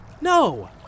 No